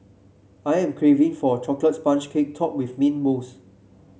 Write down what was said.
I am craving for a chocolate sponge cake topped with mint mousse